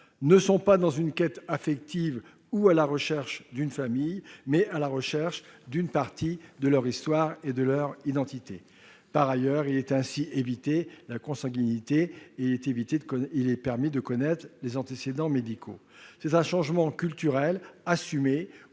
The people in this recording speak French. non pas dans une quête affective ou à la recherche d'une famille, mais à la recherche d'une partie de leur histoire et de leur identité. Par ailleurs, cela évite le risque de consanguinité et permet de connaître ses antécédents médicaux. C'est un changement culturel assumé